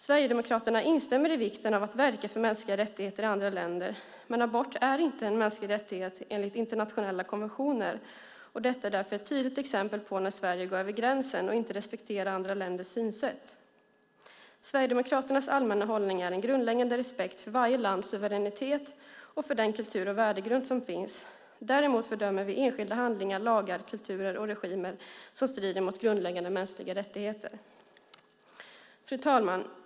Sverigedemokraterna instämmer i vikten av att verka för mänskliga rättigheter i andra länder, men abort är inte en mänsklig rättighet enligt internationella konventioner. Detta är därför ett tydligt exempel på när Sverige går över gränsen och inte respekterar andra länders synsätt. Sverigedemokraternas allmänna hållning är en grundläggande respekt för varje lands suveränitet och för den kultur och värdegrund som finns. Däremot fördömer vi enskilda handlingar, lagar, kulturer och regimer som strider mot grundläggande mänskliga rättigheter. Fru talman!